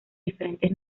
diferentes